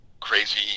crazy